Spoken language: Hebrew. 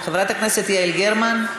חברת הכנסת יעל גרמן,